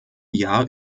jahr